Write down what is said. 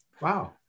Wow